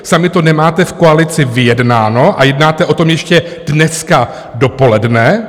Sami to nemáte v koalici vyjednáno a jednáte o tom ještě dneska dopoledne.